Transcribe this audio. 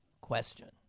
question